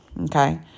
Okay